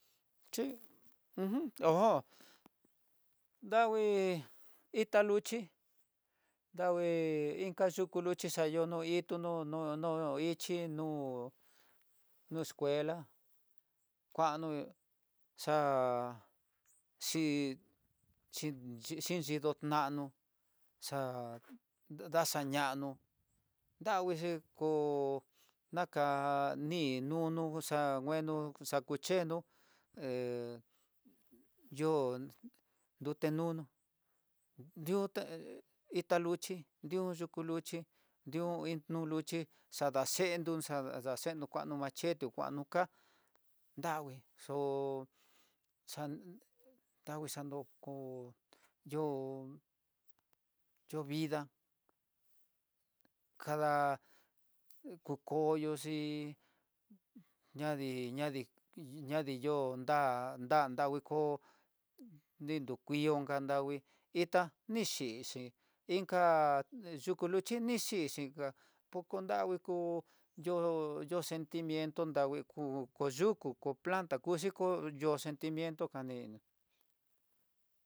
Sip ujun ojon, dangui itá luxhi dangui inka luxhi xayono intunó, no no ichi no no escuela kuanó, xa'á xhin xhin xhidó nanó xa daxa ñanó danguixhi ko naka ní nunu xa ngueno xa kucheno he yo'ó, nrute nunu nriuté itá luxhi diun ku kuluxhi ño iin kuluxhi xadaxendo a chendo kuando machete kuanuka, xangui xo'ó ndangui xando koo yo'ó yo'ó vida kada ku koyo hí ñadii ñadii nron da'á danguiko ni nu kuii unka ndangui itá, nixhi inka yuku luxhi ni xhí xhixinga pokonravii kó yo yo sentimiento, nra ku kuyuku ko planta, kuxhiko yo sentimineto kanená.